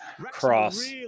cross